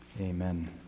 Amen